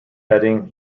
betting